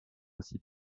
aussi